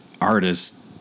artists